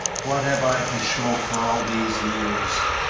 what have i to show for all these years?